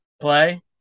play